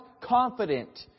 confident